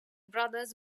brothers